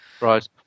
Right